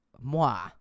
moi